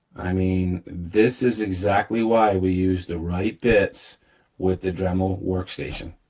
i mean, this is exactly why we use the right bits with the dremel workstation,